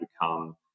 become